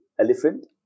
elephant